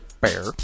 bear